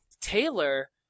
Taylor